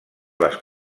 les